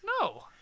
No